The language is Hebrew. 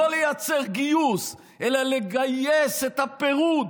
לא לייצר גיוס אלא לגייס את הפירוד,